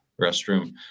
restroom